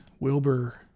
Wilbur